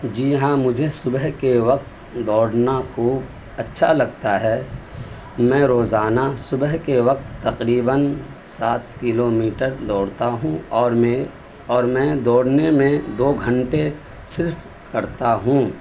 جی ہاں مجھے صبح کے وقت دوڑنا خوب اچھا لگتا ہے میں روزانہ صبح کے وقت تقریباً سات کلو میٹر دوڑتا ہوں اور میں اور میں دوڑنے میں دو گھنٹے صرف کرتا ہوں